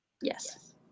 Yes